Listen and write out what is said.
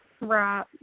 Right